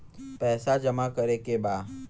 पैसा जमा करे के बा?